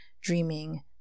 dreaming